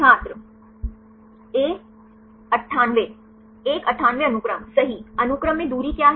छात्र A 98 एक 98 अनुक्रम सही अनुक्रम में दूरी क्या है